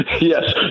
Yes